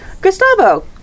Gustavo